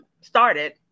started